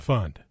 Fund